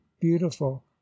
beautiful